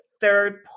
third